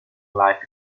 life